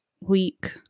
week